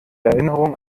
erinnerung